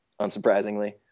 unsurprisingly